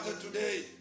today